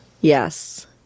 Yes